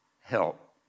help